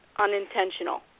unintentional